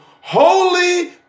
holy